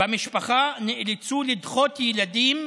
במשפחה נאלצו לדחות ילדים,